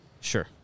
Sure